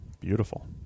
Beautiful